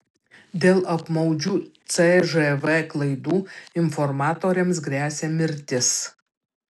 dėl apmaudžių cžv klaidų informatoriams gresia mirtis